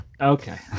Okay